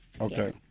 Okay